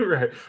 Right